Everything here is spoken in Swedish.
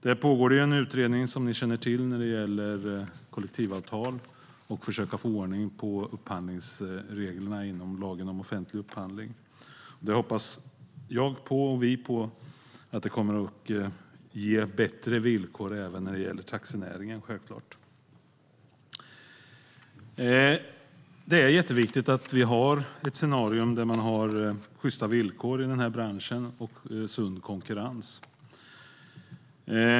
Här pågår det som ni känner till en utredning om kollektivavtal och att försöka få ordning på upphandlingsreglerna inom lagen om offentlig upphandling. Vi hoppas självklart att detta kommer att ge bättre villkor även när det gäller taxinäringen. Det är jätteviktigt att vi har ett scenario med sjysta villkor och sund konkurrens i den branschen.